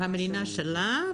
במדינה שלה,